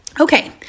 Okay